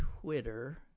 Twitter